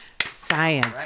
Science